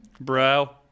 Bro